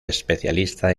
especialista